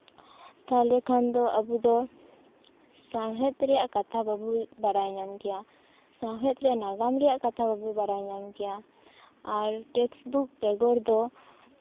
ᱛᱟᱦᱞᱮ ᱠᱷᱟᱱ ᱫᱚ ᱟᱵᱚ ᱫᱚ ᱥᱟᱶᱦᱮᱫ ᱨᱮᱭᱟᱜ ᱠᱟᱛᱷᱟ ᱵᱟᱵᱚ ᱵᱟᱲᱟᱭ ᱧᱟᱢ ᱠᱮᱭᱟ ᱥᱟᱶᱦᱮᱫ ᱨᱮ ᱱᱟᱜᱟᱢ ᱨᱮᱭᱟᱜ ᱠᱟᱛᱷᱟ ᱵᱟᱵᱚ ᱵᱟᱲᱟᱭ ᱧᱟᱢ ᱠᱮᱭᱟ ᱟᱨ ᱴᱮᱠᱥᱴᱵᱩᱠ ᱵᱮᱜᱚᱨ ᱫᱚ